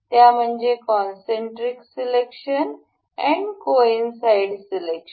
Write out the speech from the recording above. त्या म्हणजे concentrics selection आणि कॉइनसाईड सिलेक्शन